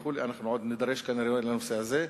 אנחנו עוד נידרש כנראה לנושא הזה.